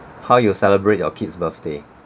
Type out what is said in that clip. how you celebrate your kid's birthday